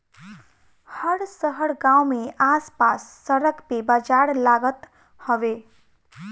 हर शहर गांव में आस पास सड़क पे बाजार लागत हवे